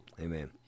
Amen